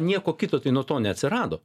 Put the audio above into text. nieko kito tai nuo to neatsirado